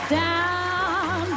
down